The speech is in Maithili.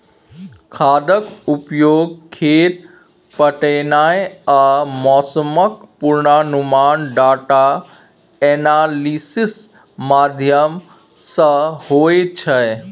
खादक उपयोग, खेत पटेनाइ आ मौसमक पूर्वानुमान डाटा एनालिसिस माध्यमसँ होइ छै